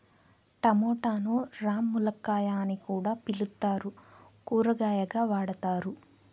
టమోటాను రామ్ములక్కాయ అని కూడా పిలుత్తారు, కూరగాయగా వాడతారు